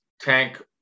Tank